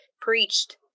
preached